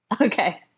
Okay